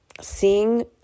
seeing